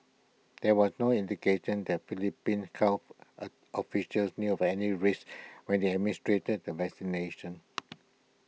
there was no indication that Philippines health O officials knew of any risks when they administered the vaccination